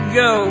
go